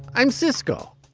i'm cisco.